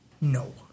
No